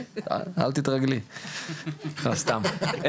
כן, אל תתרגלי, לא, סתם.